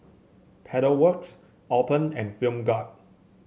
Pedal Works Alpen and Film Grade